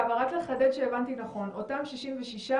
סיגלית, נגיע אלייך